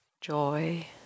joy